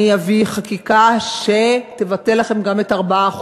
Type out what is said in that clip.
אני אביא חקיקה שתבטל לכם גם את ה-4%.